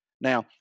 Now